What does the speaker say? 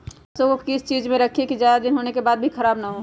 सरसो को किस चीज में रखे की ज्यादा दिन होने के बाद भी ख़राब ना हो?